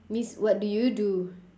means what do you do